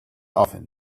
often